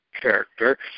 character